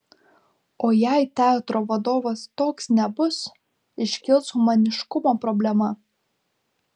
o jei teatro vadovas toks nebus iškils humaniškumo problema